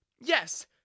Yes